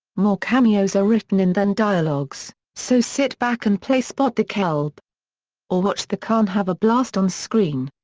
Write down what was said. more cameos are written in than dialogues, so sit back and play spot-the-celeb. or watch the khan have a blast on screen.